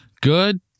good